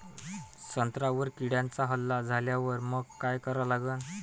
संत्र्यावर किड्यांचा हल्ला झाल्यावर मंग काय करा लागन?